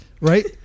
right